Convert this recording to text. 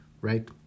right